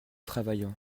travaillant